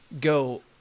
go